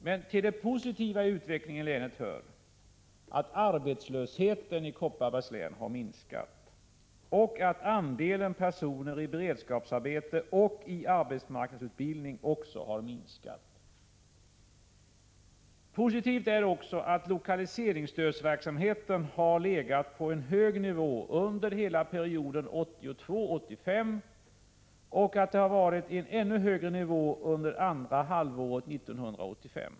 Men till det positiva i f "Eg ä Sö EG z Å ra ä utvecklingen utvecklingen i länet hör att arbetslösheten i Kopparbergs län har minskat och +: S iskogslänen att andelen personer i beredskapsarbete och i arbetsmarknadsutbildning också har minskat. Positivt är också att lokaliseringsstödsverksamheten har legat på en hög nivå under hela perioden 1982-1985 och att det har varit en ännu högre nivå under andra halvåret 1985.